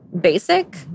basic